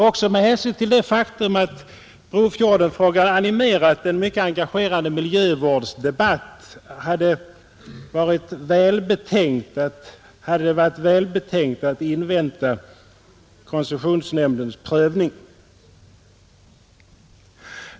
Också med hänsyn till det faktum att Brofjordenfrågan animerat en mycket engagerande miljövårdsdebatt hade det varit välbetänkt att invänta koncessionsnämndens prövning.